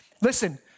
listen